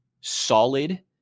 solid